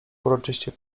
uroczyście